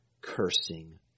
cursing